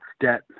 debt